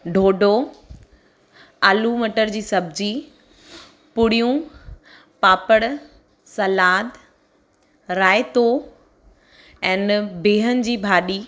डोडो आलू मटर जी सब्जी पूड़ियूं पापड़ सलाद रायतो ऐन बिहनि जी भाॼी